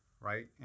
right